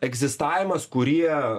egzistavimas kurie